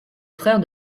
frère